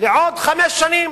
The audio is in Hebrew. לעוד חמש שנים